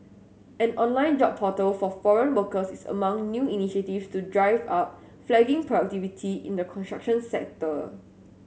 an online job portal for foreign workers is among new initiatives to drive up flagging productivity in the construction sector